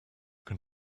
can